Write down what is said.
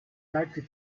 leipzig